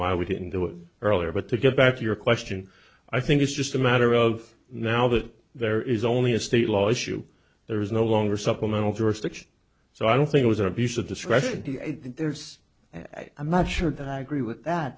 why we didn't do it earlier but to get back to your question i think it's just a matter of now that there is only a state law issue there is no longer supplemental jurisdiction so i don't think it was an abuse of discretion there's i'm not sure that i agree with that